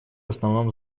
основном